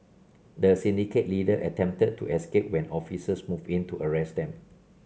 the syndicate leader attempted to escape when officers moved in to arrest them